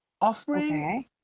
offering